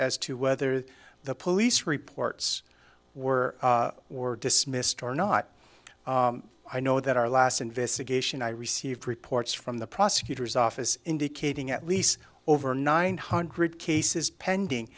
as to whether the police reports were or were dismissed or not i know that our last investigation i received reports from the prosecutor's office indicating at least over nine hundred cases pending